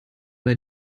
bei